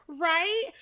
right